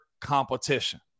competition